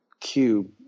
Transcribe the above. cube